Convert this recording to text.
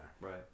Right